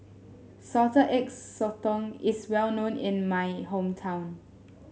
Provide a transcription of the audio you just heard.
Salted Egg Sotong is well known in my hometown